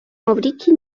маврикий